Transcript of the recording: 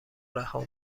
رها